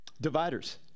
dividers